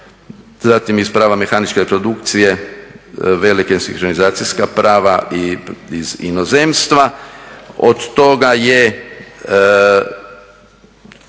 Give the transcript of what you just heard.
zatim iz prava mehaničke produkcije velike sinkronizacijska prava iz inozemstva, od toga je